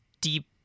deep